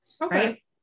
Okay